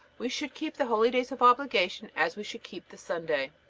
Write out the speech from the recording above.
we should keep the holydays of obligation as we should keep the sunday.